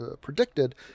predicted